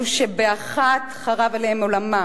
אלו שבאחת חרב עליהם עולמם,